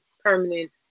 permanent